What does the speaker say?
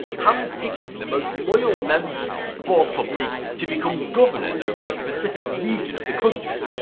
handpicking the most loyal members of the force publique to become governors over a specific region of the country.